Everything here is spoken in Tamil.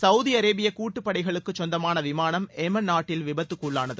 சவுதி அரேபியா கூட்டுப்படைகளுக்கு சொந்தமான விமானம் ஏமன் நாட்டில் விபத்துக்குள்ளானது